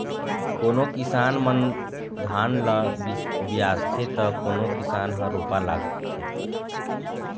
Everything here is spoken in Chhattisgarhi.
कोनो किसान मन धान ल बियासथे त कोनो किसान ह रोपा राखथे